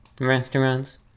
restaurants